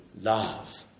love